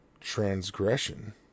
transgression